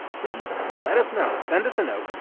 please let us know. send us a note.